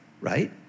right